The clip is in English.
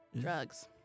Drugs